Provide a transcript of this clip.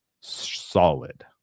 solid